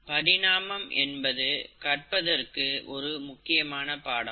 பரிணாமம் என்பது கற்பதற்கு ஒரு முக்கியமான பாடம்